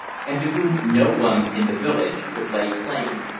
and to whom no one in the village could lay claim.